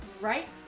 right